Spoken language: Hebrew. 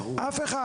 אף אחד.